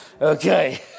Okay